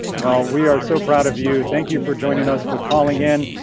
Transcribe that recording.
well, we are so proud of you. thank you for joining us for calling in,